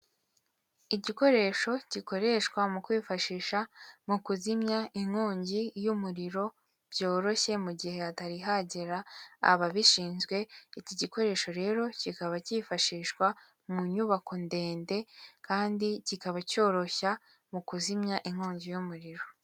Igikoresho gikoreshwa mu kwifashisha mu kuzimya inkongi y'umuriro byoroshye mu gihe hatari hagera ababishinzwe, iki gikoresho rero kikaba cyifashishwa mu nyubako ndende kandi kikaba cyoroshya mu kuzimya inkongi y'umuriro.